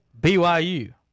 BYU